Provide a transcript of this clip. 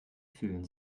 fühlen